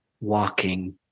walking